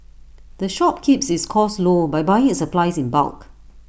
the shop keeps its costs low by buying its supplies in bulk